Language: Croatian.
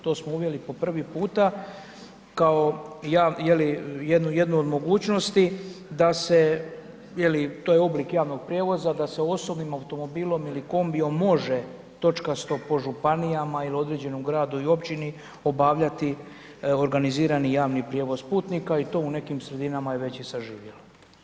To smo uveli po prvi puta, kao jednu od mogućnosti, da se je li, to je oblik javnog prijevoza, da se osobnim automobilom ili kombijem može točkasto, po županijama ili određenom gradu i općini obavljati organizirani javni prijevoz putnika i to je u nekim sredinama već i suživjelo.